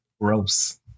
Gross